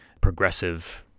progressive